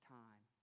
time